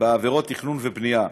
בעבירות תכנון ובנייה.